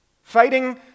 fighting